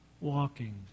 walking